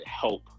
help